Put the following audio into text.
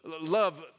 love